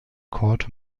called